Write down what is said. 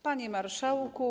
Panie Marszałku!